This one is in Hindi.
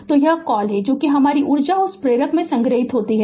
तो यह कॉल है जो कि हमारी ऊर्जा उस प्रेरक में संग्रहीत है